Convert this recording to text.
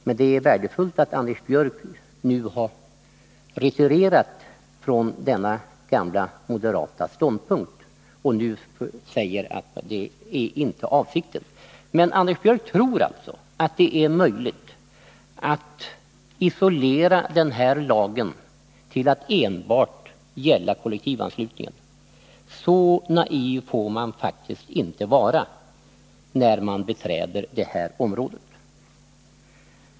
Men det är värdefullt att Anders Björck nu har retirerat från denna gamla moderata ståndpunkt och nu säger att detta inte är avsikten. Anders Björck tror alltså att det är möjligt att isolera den här lagen till att enbart gälla kollektivanslutningen. Så naiv får man faktiskt inte vara när man beträder det här området.